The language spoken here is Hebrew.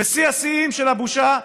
ושיא השיאים של הבושה,